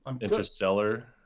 Interstellar